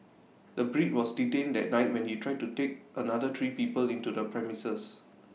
the Brit was detained that night when he tried to take another three people into the premises